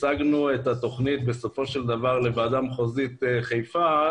הצגנו את התכנית לוועדה מחוזית בחיפה.